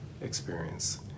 experience